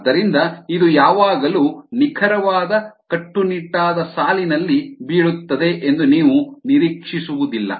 ಆದ್ದರಿಂದ ಇದು ಯಾವಾಗಲೂ ನಿಖರವಾದ ಕಟ್ಟುನಿಟ್ಟಾದ ಸಾಲಿನಲ್ಲಿ ಬೀಳುತ್ತದೆ ಎಂದು ನೀವು ನಿರೀಕ್ಷಿಸುವುದಿಲ್ಲ